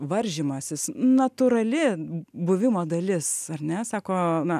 varžymasis natūrali buvimo dalis ar ne sako na